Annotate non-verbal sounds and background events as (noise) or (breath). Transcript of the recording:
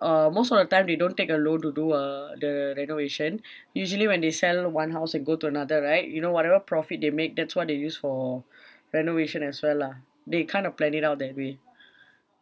uh most of the time they don't take a loan to do uh the renovation (breath) usually when they sell one house and go to another right you know whatever profit they make that's what they use for (breath) renovation as well lah they kind of plan it out that way